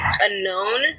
unknown